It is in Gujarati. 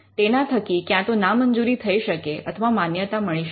તેના થકી કાં તો નામંજૂરી થઈ શકે અથવા માન્યતા મળી શકે